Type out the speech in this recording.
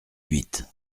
huit